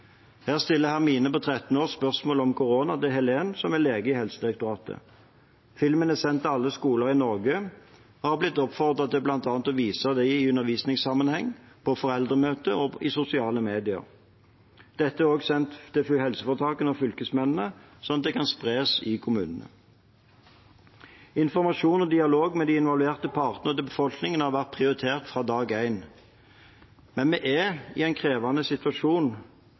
Her stiller Hermine på 13 år spørsmål om korona til Helen, som er lege i Helsedirektoratet. Filmen er sendt til alle skoler i Norge, og de har blitt oppfordret til bl.a. å vise den i undervisningssammenheng, på foreldremøter og på sosiale medier. Den er også sendt til helseforetakene og fylkesmennene, slik at den kan spres i kommunene. Informasjon til befolkningen – og dialog med de involverte partene – har vært prioritert fra dag én. Men vi er i en krevende situasjon